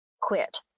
quit